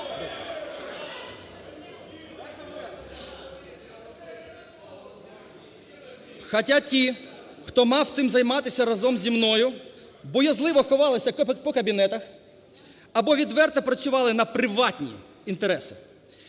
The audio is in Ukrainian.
Хоча ті, хто мав цим займатися разом зі мною, боязливо ховалися по кабінетах або відверто працювали на приватні інтереси.